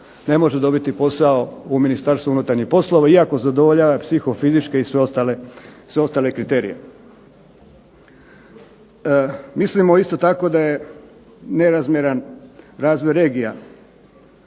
ne može dobiti posao u Ministarstvu unutarnjih poslova, iako zadovoljava psihofizičke i sve ostale kriterije. Mislimo isto tako da je nerazmjeran razvoj regija,